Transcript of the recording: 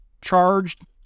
charged